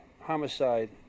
homicide